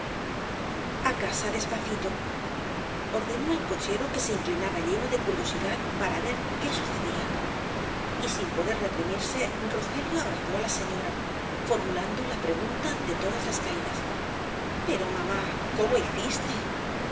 a casa despacito ordenó al cochero que se inclinaba lleno de curiosidad para ver qué sucedía y sin poder reprimirse rogelio abrazó á la señora formulando la pregunta de todas las caídas pero mamá cómo hiciste